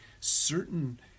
certain